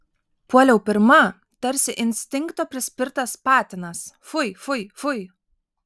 puoliau pirma tarsi instinkto prispirtas patinas fui fui fui